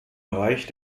bereich